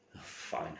Fine